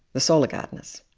the solar gardens.